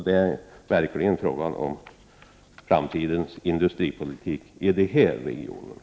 Det är verkligen fråga om framtidens industripolitik i dessa regioner.